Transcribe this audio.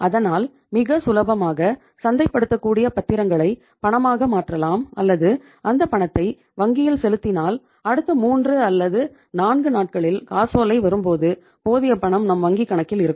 அதனால் மிக சுலபமாக சந்தை படுத்தக்கூடிய பத்திரங்களை பணமாக மாற்றலாம் அல்லது அந்த பணத்தை வங்கியில் செலுத்தினால் அடுத்த மூன்று அல்லது நான்கு நாட்களில் காசோலை வரும்போது போதிய பணம் நம் வங்கி கணக்கில் இருக்கும்